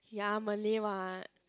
ya Malay [what]